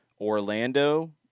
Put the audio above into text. Orlando